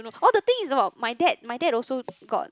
all the thing is about my dad my dad also got